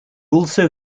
also